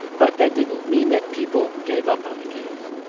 but that didn't mean that people gave up on the case.